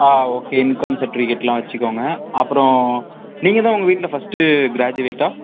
ஆ okay income சர்ட்டிஃபிக்கேட்டுலாம் வைச்சிக்கோங்க அப்புறம் நீங்கள் தான் உங்கள் வீட்டில் ஃபஸ்ட்டு கிராஜுவேட்டா